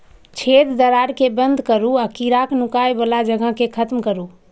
छेद, दरार कें बंद करू आ कीड़ाक नुकाय बला जगह कें खत्म करू